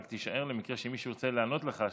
רק תישאר למקרה שמישהו ירצה לענות לך,